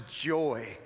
joy